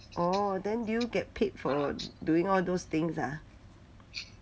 oh then do you get paid for doing all those things ah